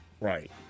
Right